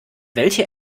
welche